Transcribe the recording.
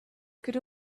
could